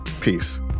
Peace